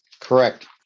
Correct